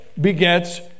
begets